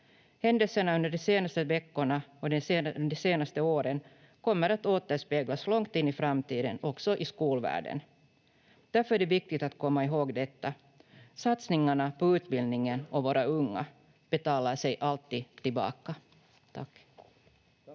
Händelserna under de senaste veckorna och de senaste åren kommer att återspeglas långt in i framtiden också i skolvärlden. Därför är det viktigt att komma ihåg detta: Satsningarna på utbildningen och våra unga betalar sig alltid tillbaka. — Tack.